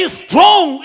strong